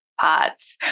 parts